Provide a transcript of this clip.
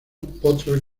potros